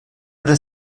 oder